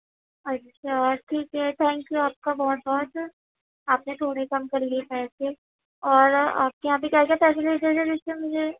اچھا ٹھیک ہے تھینک یو آپ کا بہت بہت آپ نے تھوڑی کم کرلی پیسے اور آپ کے یہاں ابھی کیا کیا مجھے